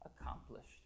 accomplished